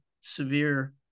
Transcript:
severe